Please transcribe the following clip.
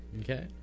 okay